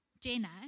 Jenna